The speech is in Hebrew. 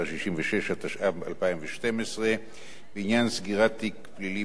66), התשע"ב 2012, בעניין סגירת תיק פלילי בהסדר.